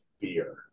fear